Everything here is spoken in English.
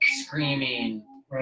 screaming